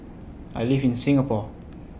I live in Singapore